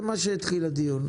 בכך התחיל הדיון.